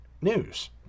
news